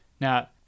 Now